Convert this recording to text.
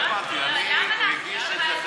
למה להחריג, לא הבנתי מה זה להחריג.